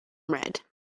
red